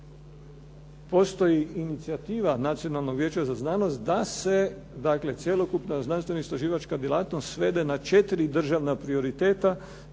postoji inicijativa Nacionalnog vijeća za znanost da se, dakle cjelokupna znanstvenoistraživačka djelatnost svede na četiri državna prioriteta